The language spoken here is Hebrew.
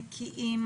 נקיים,